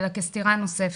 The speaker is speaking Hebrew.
אלא כסטירה נוספת.